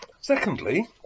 Secondly